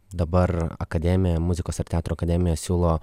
dabar akademija muzikos ir teatro akademija siūlo